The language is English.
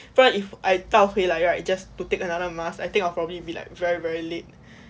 不然 if I 倒回来 right just to take another mask I think I'll probably be like very very late